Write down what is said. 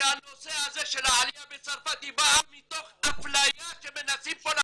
שהנושא הזה של העלייה מצרפת באה מתוך אפליה שמנסים פה,